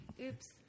Oops